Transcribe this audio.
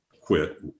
quit